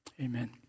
Amen